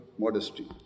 modesty